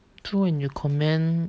so when you comment